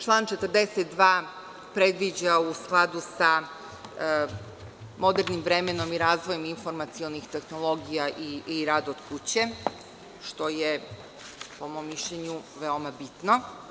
Član 42. previđa u skladu sa modernim vremenom i razvojem informacionih tehnologija i rad od kuće, što je po mom mišljenju veoma bitno.